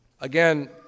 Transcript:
Again